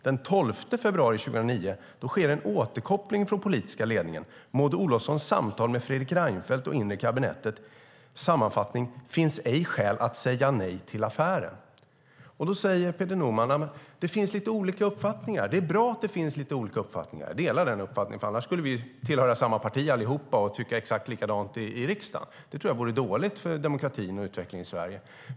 Den 12 februari 2009 skedde en återkoppling från den politiska ledningen. Sammanfattat kom man i Maud Olofssons samtal med Fredrik Reinfeldt och inre kabinettet fram till att det ej fanns skäl att säga nej till affären. Peter Norman säger att det finns lite olika uppfattningar, och det är bra att det finns lite olika uppfattningar. Jag håller med om det, för annars skulle vi ju tillhöra samma parti allihop och tycka exakt likadant i riksdagen. Det tror jag vore dåligt för demokratin och utvecklingen i Sverige.